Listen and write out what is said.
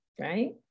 right